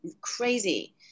crazy